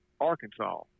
Arkansas